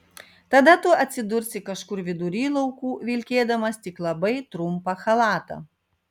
tada tu atsidursi kažkur vidury laukų vilkėdamas tik labai trumpą chalatą